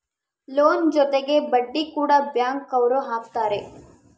loan ಜೊತೆಗೆ ಬಡ್ಡಿ ಕೂಡ ಬ್ಯಾಂಕ್ ಅವ್ರು ಹಾಕ್ತಾರೆ